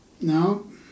No